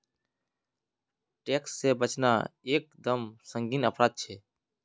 tax से बचना एक दम संगीन अपराध छे